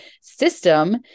system